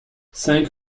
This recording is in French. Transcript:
cinq